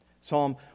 Psalm